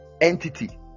entity